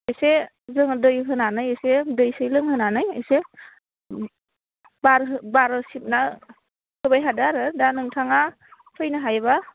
एसे जोङो दै होनानै एसे दै सै लोंहोनानै एसे बार सिबना होबाय थादो आरो दा नोंथाङा फैनो हायोबा